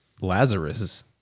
Lazarus